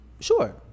Sure